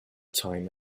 time